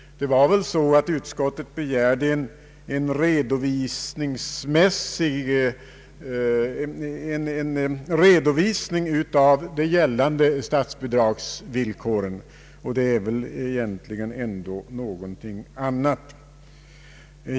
Det var väl så att utskottet begärde en redovisningsmässig översyn av bidragsreglerna — och det är egentligen någonting annat.